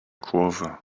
kurve